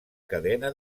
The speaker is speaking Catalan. cadena